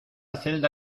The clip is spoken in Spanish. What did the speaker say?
celda